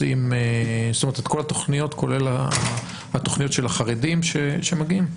את כל התכניות, כולל התכניות של החרדים שמגיעים?